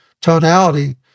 tonality